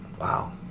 Wow